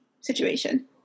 situation